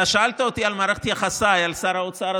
אתה שאלת אותי על מערכת יחסיי עם שר האוצר,